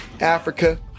Africa